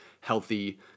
healthy